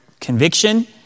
conviction